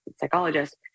psychologist